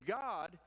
God